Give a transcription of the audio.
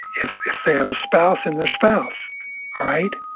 if if they have a spouse, in their spouse right?